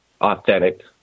authentic